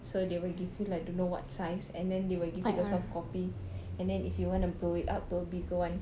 so they will give you like don't know [what] size and then they will give you the softcopy and then if you want to blow it up to a bigger one